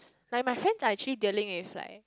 like my friends are actually dealing with like